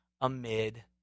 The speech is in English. amid